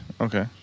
Okay